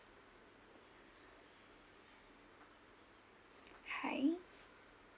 hi